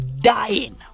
dying